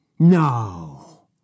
No